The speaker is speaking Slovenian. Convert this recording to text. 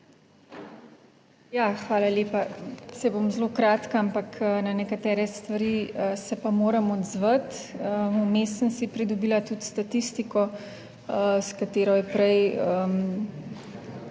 hvala lepa. Saj bom zelo kratka, ampak na nekatere stvari se pa moram odzvati. Vmes sem si pridobila tudi statistiko, s katero je prej